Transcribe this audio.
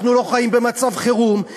אנחנו לא חיים במצב חירום,